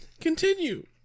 Continue